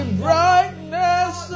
brightness